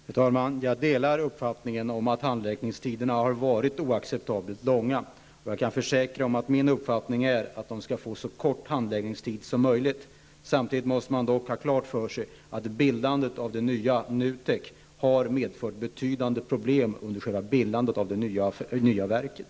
Fru talman! Jag delar uppfattningen att handläggningstiderna har varit oacceptabelt långa. Jag kan försäkra att min uppfattning är den att det skall vara så kort handläggningstid som möjligt. Samtidigt måste man dock ha klart för sig att bildandet av det nya NUTEK har medfört betydande problem under just själva bildandet.